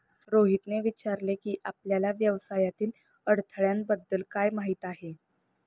रोहितने विचारले की, आपल्याला व्यवसायातील अडथळ्यांबद्दल काय माहित आहे?